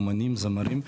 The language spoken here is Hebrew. זמרים,